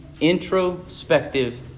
introspective